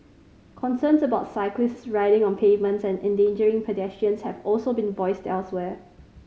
concerns about cyclists riding on pavements and endangering pedestrians have also been voiced elsewhere